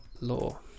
law